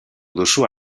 duzu